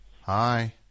hi